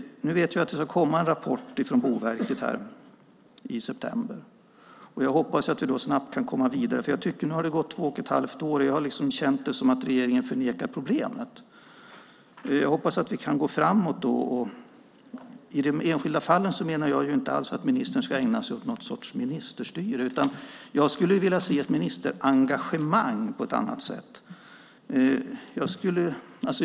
Nu vet jag att det ska komma en rapport från Boverket här i september, och jag hoppas att vi då snabbt kan komma vidare. Nu har det gått två och ett halvt år, och jag har känt det som om regeringen förnekar problemet. Jag hoppas att vi kan gå framåt då. I de enskilda fallen menar jag inte alls att ministern ska ägna sig åt någon sorts ministerstyre, utan jag skulle vilja se ett ministerengagemang på ett annat sätt.